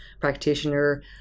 practitioner